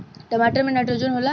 टमाटर मे नाइट्रोजन होला?